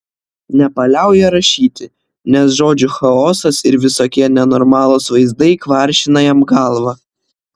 nepaliauja rašyti nes žodžių chaosas ir visokie nenormalūs vaizdai kvaršina jam galvą